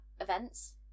events